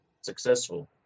successful